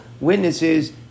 witnesses